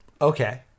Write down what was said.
Okay